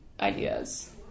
ideas